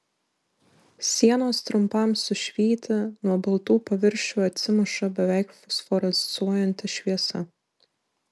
sienos trumpam sušvyti nuo baltų paviršių atsimuša beveik fosforescuojanti šviesa